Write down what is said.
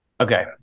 Okay